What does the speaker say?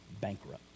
Bankrupt